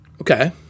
Okay